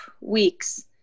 weeks